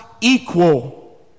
equal